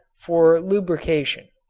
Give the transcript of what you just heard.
for lubrication.